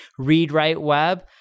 ReadWriteWeb